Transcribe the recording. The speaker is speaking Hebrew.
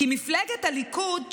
כי מפלגת הליכוד,